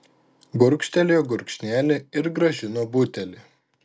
gurkštelėjo gurkšnelį ir grąžino butelį